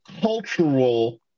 cultural